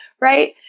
right